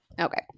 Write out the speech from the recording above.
Okay